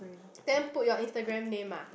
then put your Instagram name ah